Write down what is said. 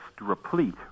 replete